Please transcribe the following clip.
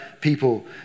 people